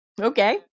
Okay